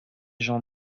gens